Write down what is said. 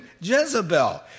Jezebel